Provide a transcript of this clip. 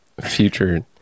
future